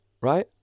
right